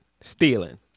Stealing